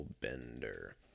bender